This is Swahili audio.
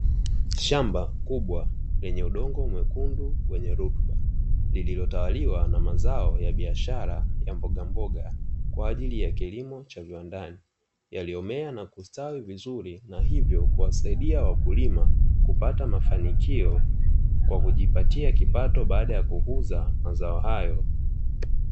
Shamba kubwa lenye udongo mwekundu wenye rutuba, lililotawaliwa na mazao ya biashara ya mbogamboga kwa ajili ya kilimo cha viwandani, yaliyomea na kustawi vizuri na hivyo kuwasaidia wakulima kupata mafanikio kwa kujipatia kipato baada ya kuuza mazao hayo.